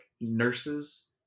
nurses